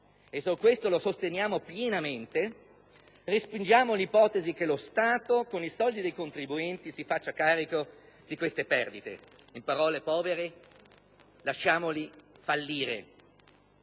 (e su questo lo appoggiamo pienamente), respingiamo l'ipotesi che lo Stato, con i soldi dei contribuenti, si faccia carico di queste perdite. In parole povere, lasciamoli fallire.